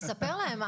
תספר להם,